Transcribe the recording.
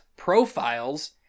profiles